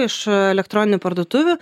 iš elektroninių parduotuvių